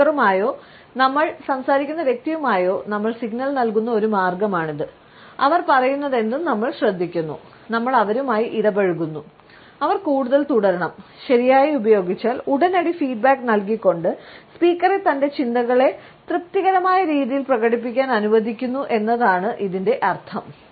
സ്പീക്കറുമായോ നമ്മൾ സംസാരിക്കുന്ന വ്യക്തിയുമായോ നമ്മൾ സിഗ്നൽ നൽകുന്ന ഒരു മാർഗമാണിത് അവർ പറയുന്നതെന്തും നമ്മൾ ശ്രദ്ധിക്കുന്നു നമ്മൾ അവരുമായി ഇടപഴകുന്നു അവർ കൂടുതൽ തുടരണം ശരിയായി ഉപയോഗിച്ചാൽ ഉടനടി ഫീഡ്ബാക്ക് നൽകിക്കൊണ്ട് സ്പീക്കറെ തന്റെ ചിന്തകളെ തൃപ്തികരമായ രീതിയിൽ പ്രകടിപ്പിക്കാൻ അനുവദിക്കുന്നു എന്നത് ആണ് ഇതിൻറെ അർത്ഥം